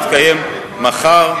היא התקבלה בקריאה